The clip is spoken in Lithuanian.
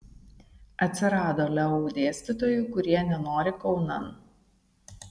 atsirado leu dėstytojų kurie nenori kaunan